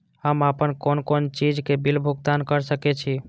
हम आपन कोन कोन चीज के बिल भुगतान कर सके छी?